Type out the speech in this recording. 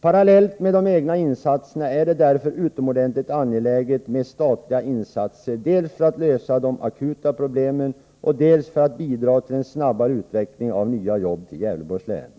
Parallellt med de egna insatserna är det därför utomordentligt angeläget med statliga insatser dels för att lösa de akuta problemen, dels för att bidra till en snabbare utveckling när det gäller nya jobb till Gävleborgs län.